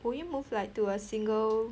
will you move like to a single